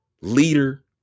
leader